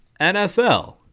NFL